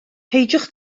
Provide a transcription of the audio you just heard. peidiwch